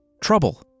Trouble